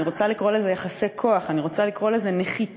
אני רוצה לקרוא לזה יחסי כוח,